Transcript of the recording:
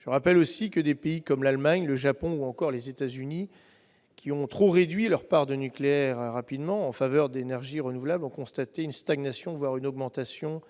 Je rappelle aussi que des pays comme l'Allemagne, le Japon, ou encore les États-Unis, qui ont trop rapidement réduit leur part de nucléaire en faveur des énergies renouvelables, ont constaté une stagnation, voire une augmentation,